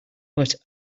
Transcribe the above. but